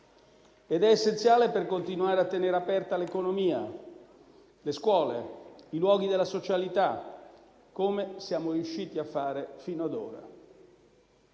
ed è essenziale per continuare a tenere aperta l'economia, le scuole, i luoghi della socialità, come siamo riusciti a fare fino ad ora.